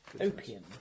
Opium